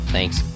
Thanks